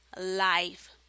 life